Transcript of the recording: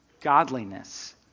godliness